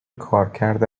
کارکرد